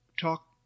talk